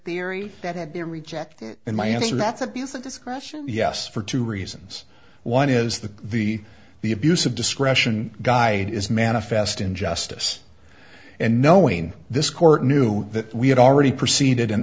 theory that had been rejected in my answer that's abuse of discretion yes for two reasons one is that the the abuse of discretion guide is manifest in justice and knowing this court knew that we had already proceeded